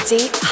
Deep